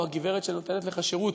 או הגברת שנותנת לך שירות,